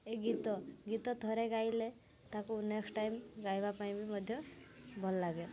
ଏ ଗୀତ ଗୀତ ଥରେ ଗାଇଲେ ତାକୁ ନେକ୍ସଟ୍ ଟାଇମ୍ ଗାଇବା ପାଇଁ ବି ମଧ୍ୟ ଭଲ ଲାଗେ